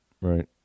right